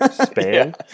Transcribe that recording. span